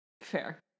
Fair